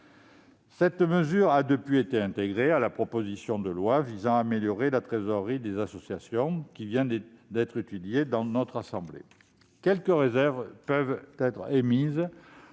Cette mesure a depuis été intégrée à la proposition de loi visant à améliorer la trésorerie des associations, qui vient d'être examinée par notre assemblée. Quelques réserves peuvent être émises.